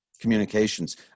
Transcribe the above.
communications